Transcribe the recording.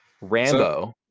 Rambo